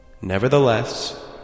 Nevertheless